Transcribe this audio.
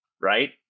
right